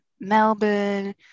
melbourne